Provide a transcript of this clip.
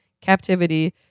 captivity